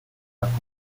contre